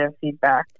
feedback